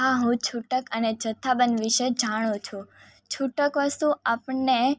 હા હું છૂટક અને જથ્થાબંધ વિષે જાણું છું છૂટક વસ્તુ આપણને